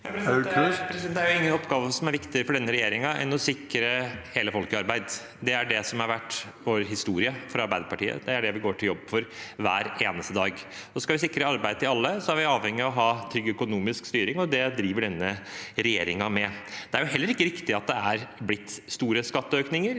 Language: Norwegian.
Det er ingen opp- gave som er viktigere for denne regjeringen enn å sikre hele folket i arbeid. Det er det som for Arbeiderpartiet har vært vår historie, og det er det vi kommer til å jobbe for hver eneste dag. Skal vi sikre arbeid til alle, er vi avhengig av å ha trygg økonomisk styring, og det driver denne regjeringen med. Det er heller ikke riktig at det er blitt store skatteøkninger.